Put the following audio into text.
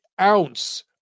ounce